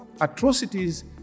atrocities